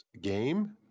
game